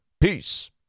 Peace